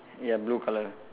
ya blue colour